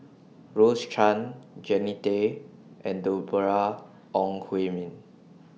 Rose Chan Jannie Tay and Deborah Ong Hui Min